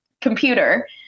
computer